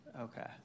Okay